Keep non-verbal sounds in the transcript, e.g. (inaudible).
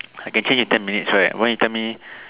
(noise) I can change in ten minutes right why need tell me